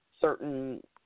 certain